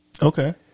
Okay